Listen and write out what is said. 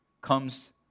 comes